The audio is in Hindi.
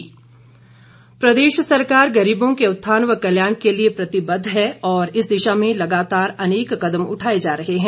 वीरेंद्र कंवर प्रदेश सरकार गरीबों के उत्थान व कल्याण के लिए प्रतिबद्ध है और इस दिशा में लगातार अनेक कदम उठाए जा रहे हैं